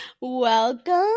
Welcome